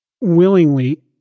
willingly